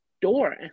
door